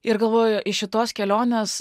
ir galvoju iš šitos kelionės